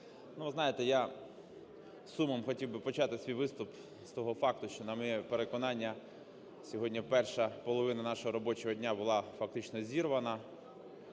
знаєте, я з сумом хотів би почати свій виступ з того факту, що, на моє переконання, сьогодні перша половина нашого робочого дня була фактично зірвана.